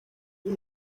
you